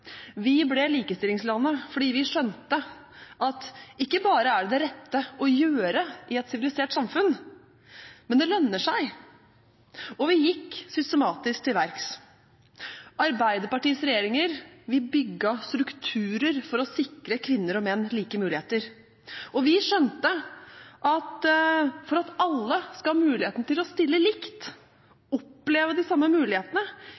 Vi ble likestillingslandet fordi vi skjønte at ikke bare er det det rette å gjøre i et sivilisert samfunn, men det lønner seg. Og vi gikk systematisk til verks. Arbeiderpartiets regjeringer bygde strukturer for å sikre kvinner og menn like muligheter. Vi skjønte at for at alle skal ha muligheten til å stille likt, oppleve de samme mulighetene